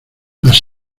las